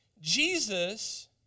Jesus